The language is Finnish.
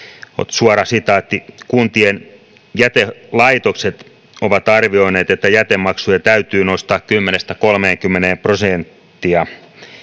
suora sitaatti että kuntien jätelaitokset ovat arvioineet että jätemaksuja täytyy nostaa kymmenen viiva kolmekymmentä prosenttia